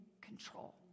control